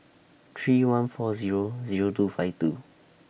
three one four Zero Zero two five two